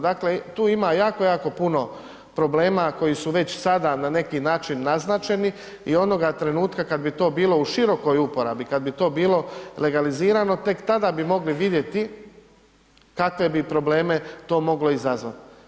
Dakle, tu ima jako, jako puno problema koji su već sada na neki način naznačeni i onoga trenutka kad bi to bilo u širokoj uporabi, kad bi to bilo legalizirano, tek tada bi mogli vidjeti kakve bi probleme to moglo izazvat.